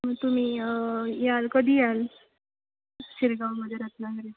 मग तुम्ही याल कधी याल शिरगावमध्ये रत्नागिरी